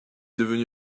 devenu